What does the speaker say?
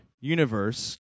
universe